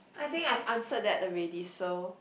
I think I have answered that already so